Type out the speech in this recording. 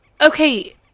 Okay